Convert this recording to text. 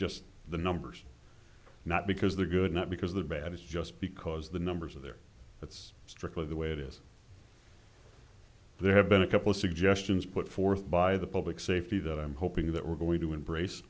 just the numbers not because they're good not because they're bad it's just because the numbers are there it's strictly the way it is there have been a couple of suggestions put forth by the public safety that i'm hoping that we're going to